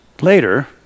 later